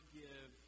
give